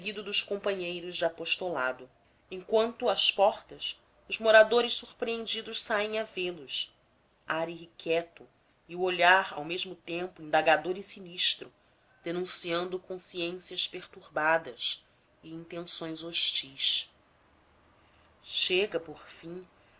dos companheiros de apostolado enquanto às portas os moradores surpreendidos saem a vêlos ar irrequieto e o olhar ao mesmo tempo indagador e sinistro denunciando consciências perturbadas e intenções hostis chega por fim